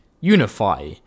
unify